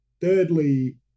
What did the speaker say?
Thirdly